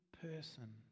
person